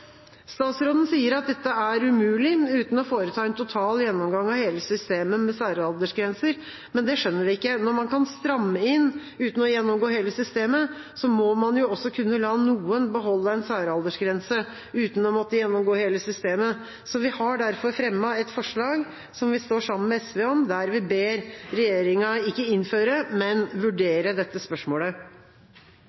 Statsråden sier at dette er umulig uten å foreta en total gjennomgang av hele systemet med særaldersgrenser. Det skjønner vi ikke. Når man kan stramme inn uten å gjennomgå hele systemet, må man også kunne la noen beholde en særaldersgrense uten å måtte gjennomgå hele systemet. Vi har derfor fremmet et forslag, som vi står sammen med SV om, der vi ber regjeringa ikke innføre dette, men